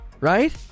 Right